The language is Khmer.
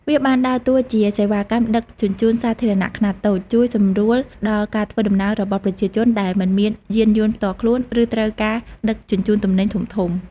វាបានដើរតួជាសេវាកម្មដឹកជញ្ជូនសាធារណៈខ្នាតតូច ជួយសម្រួលដល់ការធ្វើដំណើររបស់ប្រជាជនដែលមិនមានយានយន្តផ្ទាល់ខ្លួន ឬត្រូវការដឹកជញ្ជូនទំនិញធំៗ។